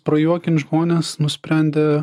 prajuokint žmones nusprendė